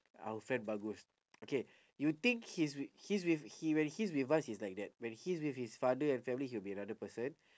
our friend bagus okay you think he's with he's with he when he's with us he's like that when he's with his father and family he'll be another person